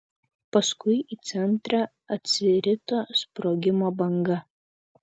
paskui į centrą atsirito sprogimo banga